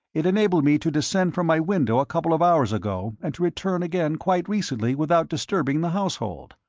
it enabled me to descend from my window a couple of hours ago and to return again quite recently without disturbing the household.